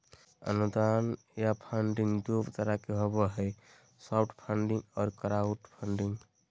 अनुदान या फंडिंग दू तरह के होबो हय सॉफ्ट फंडिंग आर क्राउड फंडिंग